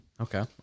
Okay